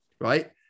Right